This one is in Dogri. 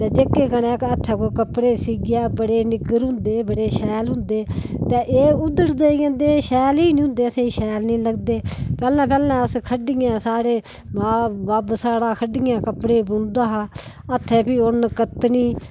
ते जेहके कने हत्थें कन्ने कोई कपडे़ सीहगे कोई बडे़ निग्गर होंदे बडे़ शैल होंदे ते एह् उड़दे जंदे शैल ही नेई होंदे नेई किश शैल नेई पैहलें पैहलें अस खड्ढियें गी सारे मां बब्ब साढ़ा खड्ढियें कपडे़ बुनदा हा हत्थें फिह् उनें कत्तनी